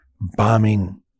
bombing